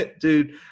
dude